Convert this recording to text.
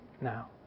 now